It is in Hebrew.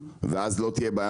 ואז לא תהיה בעיה